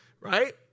right